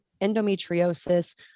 endometriosis